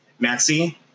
Maxi